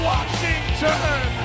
Washington